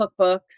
cookbooks